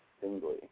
singly